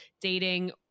dating